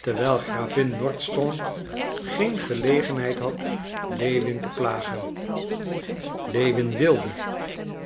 terwijl gravin nordston geen gelegenheid had lewin te plagen lewin wilde